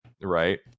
Right